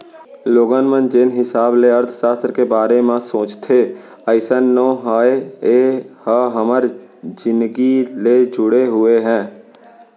लोगन मन जेन हिसाब ले अर्थसास्त्र के बारे म सोचथे अइसन नो हय ए ह हमर जिनगी ले जुड़े हुए हे